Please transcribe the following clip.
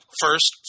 first